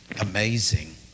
amazing